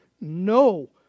no